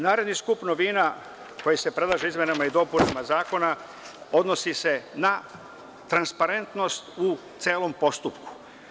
Naredni skup novina koji se predlaže izmenama i dopunama zakona odnosi se na transparentnost u celom postupku.